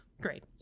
great